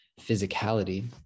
physicality